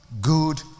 good